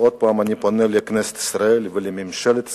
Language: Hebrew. עוד פעם אני פונה לכנסת ישראל ולממשלת ישראל,